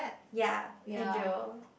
ya endure